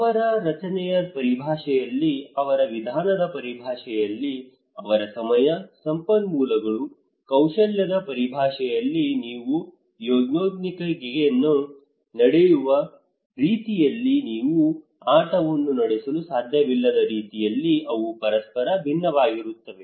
ಅವರ ರಚನೆಯ ಪರಿಭಾಷೆಯಲ್ಲಿ ಅವರ ವಿಧಾನದ ಪರಿಭಾಷೆಯಲ್ಲಿ ಅವರ ಸಮಯ ಸಂಪನ್ಮೂಲಗಳು ಕೌಶಲ್ಯದ ಪರಿಭಾಷೆಯಲ್ಲಿ ನೀವು ಯೋನ್ಮೆನ್ಕೈಗಿಯನ್ನು ನಡೆಸುವ ರೀತಿಯಲ್ಲಿ ನೀವು ಆಟವನ್ನು ನಡೆಸಲು ಸಾಧ್ಯವಿಲ್ಲದ ರೀತಿಯಲ್ಲಿ ಅವು ಪರಸ್ಪರ ಭಿನ್ನವಾಗಿರುತ್ತವೆ